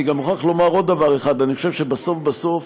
אני גם מוכרח לומר עוד דבר אחד: אני חושב שבסוף בסוף,